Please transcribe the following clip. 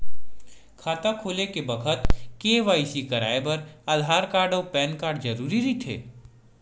खाता खोले के बखत के.वाइ.सी कराये बर आधार कार्ड अउ पैन कार्ड जरुरी रहिथे